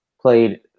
played